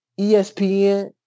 ESPN